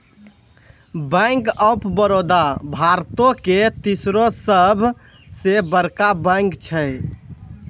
bank of Baroda भारतो के तेसरो सभ से बड़का बैंक छै